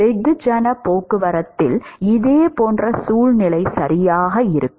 வெகுஜன போக்குவரத்தில் இதேபோன்ற சூழ்நிலை சரியாக இருக்கும்